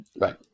right